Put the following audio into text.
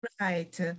Right